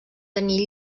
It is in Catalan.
tenir